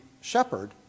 shepherd